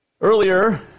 Earlier